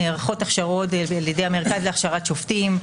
נערכות הכשרות על ידי המרכז להכשרת שופטים.